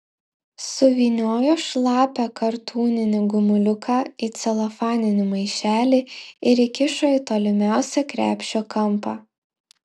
suvyniojo šlapią kartūninį gumuliuką į celofaninį maišelį ir įkišo į tolimiausią krepšio kampą